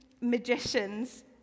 magicians